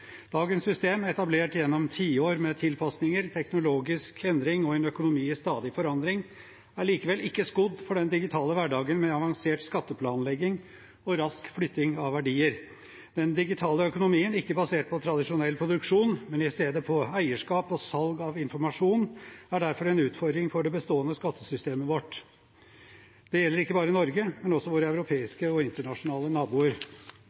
Dagens system, etablert gjennom tiår med tilpasninger, teknologisk endring og en økonomi i stadig forandring, er likevel ikke skodd for den digitale hverdagen med avansert skatteplanlegging og rask flytting av verdier. Den digitale økonomien, ikke basert på tradisjonell produksjon, men i stedet på eierskap og salg av informasjon, er derfor en utfordring for det bestående skattesystemet vårt. Det gjelder ikke bare Norge, men også våre europeiske og internasjonale naboer.